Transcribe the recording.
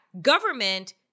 government